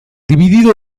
dividido